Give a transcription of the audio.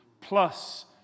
plus